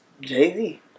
Jay-Z